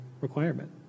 requirement